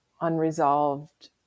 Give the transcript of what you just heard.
unresolved